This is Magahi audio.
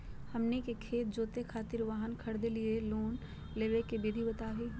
हमनी के खेत जोते खातीर वाहन खरीदे लिये लोन लेवे के विधि बताही हो?